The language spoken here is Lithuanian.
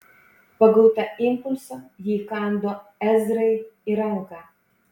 pagauta impulso ji įkando ezrai į ranką